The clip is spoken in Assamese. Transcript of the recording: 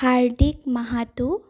হাৰ্ডিক মাহাতো